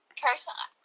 personally